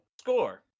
score